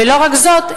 ולא רק זאת,